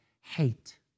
hate